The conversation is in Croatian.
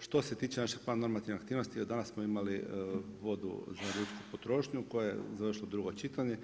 Što se tiče naše pravno normativne aktivnosti evo danas smo imali vodu za ljudsku potrošnju, koja je završila drugo čitanje,